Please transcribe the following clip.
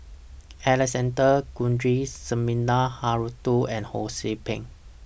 Alexander Guthrie Sumida Haruzo and Ho See Beng